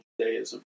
Judaism